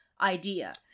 Idea